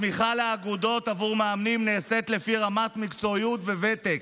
התמיכה לאגודות עבור מאמנים נעשית לפי רמת מקצועיות וותק,